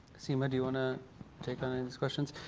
seema, do you wanna take on any of these questions?